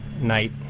night